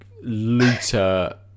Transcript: looter